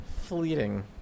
fleeting